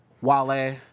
Wale